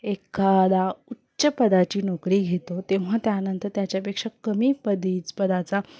एखादा उच्च पदाची नोकरी घेतो तेव्हा त्यानंतर त्याच्यापेक्षा कमी पदीच पदाचा